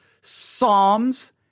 Psalms